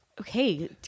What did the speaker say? okay